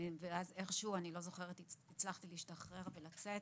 ואז איכשהו, אני לא זוכרת, הצלחתי להשתחרר ולצאת.